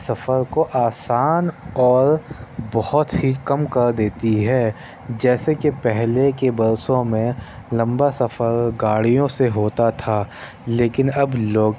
سفر کو آسان اور بہت ہی کم کر دیتی ہے جیسے کہ پہلے کے برسوں میں لمبا سفر گاڑیوں سے ہوتا تھا لیکن اب لوگ